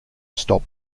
stop